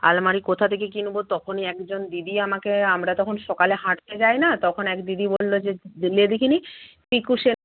আলমারি কোথায় থেকে কিনব তখনই একজন দিদি আমাকে আমরা তখন সকালে হাঁটতে যাই না তখন এক দিদি বলল যে যে নে দেখিনি পিকু সেন